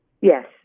Yes